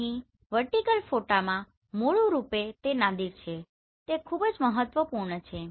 અહીં વર્ટીકલ ફોટામાં મૂળરૂપે તે નાદિર છે જે ખૂબ જ મહત્વપૂર્ણ છે